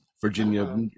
Virginia